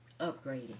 upgrading